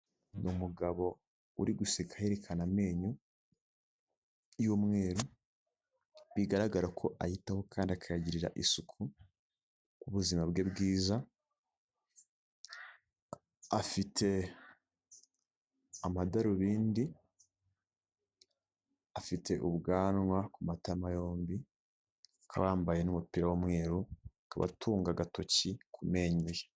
Ni umugabo uri guseka yerekana amenyo y'umweru bigaragara ko ayitaho kandi akagirira isuku ubuzima bwe bwiza afite amadarubindi, afite ubwanwa ku matama yombi akaba yambaye n'umupira w'umweru ,akaba atunga agatoki ku menyo ye.